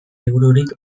libururik